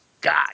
God